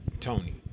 Tony